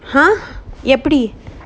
!huh! எப்படி:eppadi